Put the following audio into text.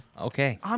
Okay